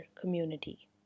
community